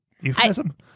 euphemism